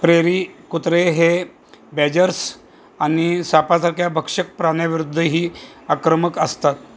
prairie कुत्रे हे badgers आणि सापांसारख्या भक्षक प्राण्यांविरुद्धही आक्रमक असतात